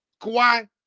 Kawhi